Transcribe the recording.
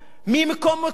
ולא חשוב איפה,